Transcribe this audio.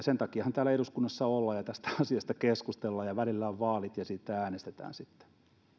sen takiahan täällä eduskunnassa ollaan ja tästä asiasta keskustellaan ja välillä on vaalit ja siitä äänestetään sitten